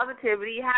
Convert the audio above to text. positivity